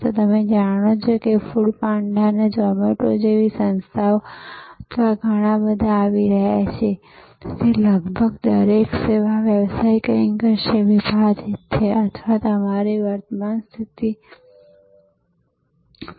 પ્રથમ સ્લાઇડમાં તમે ફૂડ પાંડા અને ઝોમેટોની આ ઉભરતી સ્પર્ધાઓ ફાસ્ટ ફૂડ શ્રૃંખલા વિસ્તરણ કરવાની સ્પર્ધા ગોલી નામની સાંકળ જેવી સંગઠિત ખોરાક શ્રૃંખલાને વિસ્તરણ કરવા માટેની સ્પર્ધા જેવી મુખ્ય ચિંતાઓનું વર્ણન કરો છો જે વડાપાવથી બચે છે જે મુખ્યત્વે એક હતી